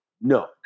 No